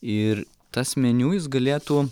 ir tas meniu jis galėtų